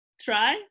try